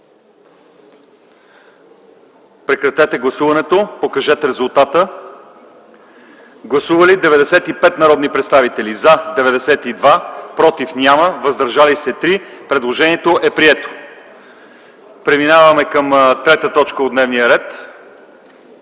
представители да гласуват. Гласували 95 народни представители: за 92, против няма, въздържали се 3. Предложението е прието. Преминаваме към трета точка от дневния ред: